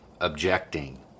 objecting